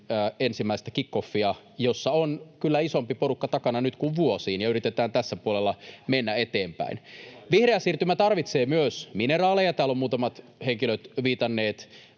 ensimmäistä kick-offia, jossa on kyllä takana nyt isompi porukka kuin vuosiin, ja yritetään tällä puolella mennä eteenpäin. Vihreä siirtymä tarvitsee myös mineraaleja. Täällä ovat muutamat henkilöt viitanneet